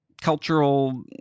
cultural